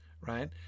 right